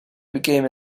became